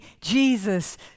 Jesus